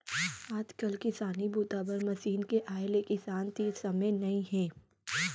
आजकाल किसानी बूता बर मसीन के आए ले किसान तीर समे नइ हे